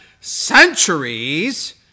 centuries